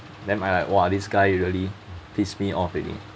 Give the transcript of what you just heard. then I like !wah! this guy really piss me off already